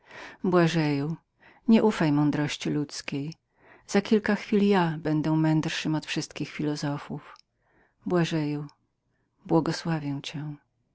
błażeju nie ufaj mądrości ludzkiej za kilka chwil ja będę mędrszym od wszystkich ziemskich filozofów dziecie moje błogosławię cię